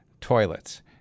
toilets